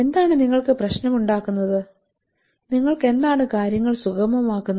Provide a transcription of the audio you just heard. എന്താണ് നിങ്ങൾക്ക് പ്രശ്നമുണ്ടാക്കുന്നത് നിങ്ങൾക്ക് എന്താണ് കാര്യങ്ങൾ സുഗമമാക്കുന്നത്